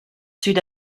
sud